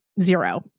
zero